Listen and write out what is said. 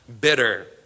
bitter